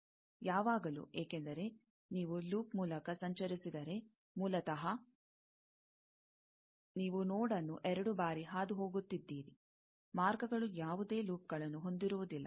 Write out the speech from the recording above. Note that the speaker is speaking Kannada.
ಯಾವಾಗಲೂ ಏಕೆಂದರೆ ನೀವು ಲೂಪ್ ಮೂಲಕ ಸಂಚರಿಸಿದರೆ ಮೂಲತಃ ನೀವು ನೋಡ್ನ್ನು ಎರಡು ಬಾರಿ ಹಾದುಹೋಗುತ್ತಿದ್ದೀರಿ ಮಾರ್ಗಗಳು ಯಾವುದೇ ಲೂಪ್ಗಳನ್ನು ಹೊಂದಿರುವುದಿಲ್ಲ